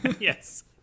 Yes